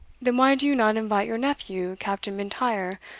then why do you not invite your nephew, captain m'intyre,